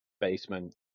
basement